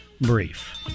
brief